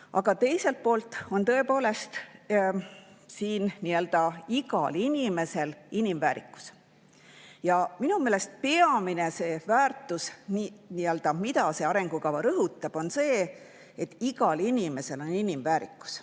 Aga teiselt poolt on tõepoolest igal inimesel inimväärikus. Ja minu meelest peamine väärtus, mida see arengukava rõhutab, on see, et igal inimesel on inimväärikus.